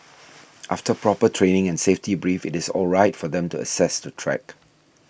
after proper training and safety brief it is all right for them to access to track